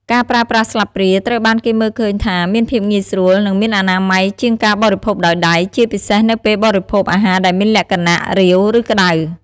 ការប្រើប្រាស់ស្លាបព្រាត្រូវបានគេមើលឃើញថាមានភាពងាយស្រួល និងមានអនាម័យជាងការបរិភោគដោយដៃ ជាពិសេសនៅពេលបរិភោគអាហារដែលមានលក្ខណៈរាវ ឬក្តៅ។